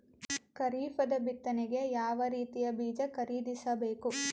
ಖರೀಪದ ಬಿತ್ತನೆಗೆ ಯಾವ್ ರೀತಿಯ ಬೀಜ ಖರೀದಿಸ ಬೇಕು?